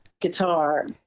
guitar